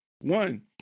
One